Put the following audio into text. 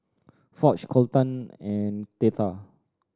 Foch Colton and Theta